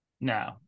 No